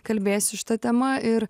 kalbėsiu šita tema ir